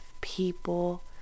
people